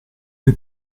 dei